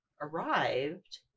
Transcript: arrived